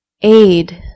aid